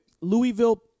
Louisville